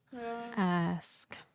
ask